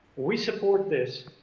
we support this,